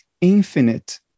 infinite